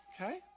Okay